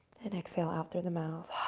and exhale out through the mouth.